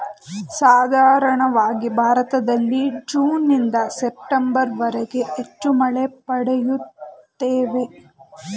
ಸಾಧಾರಣವಾಗಿ ಭಾರತದಲ್ಲಿ ಜೂನ್ನಿಂದ ಸೆಪ್ಟೆಂಬರ್ವರೆಗೆ ಹೆಚ್ಚು ಮಳೆ ಪಡೆಯುತ್ತೇವೆ